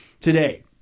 today